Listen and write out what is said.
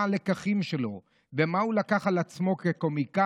מה הלקחים שלו ומה הוא לקח על עצמו כקומיקאי,